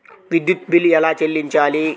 విద్యుత్ బిల్ ఎలా చెల్లించాలి?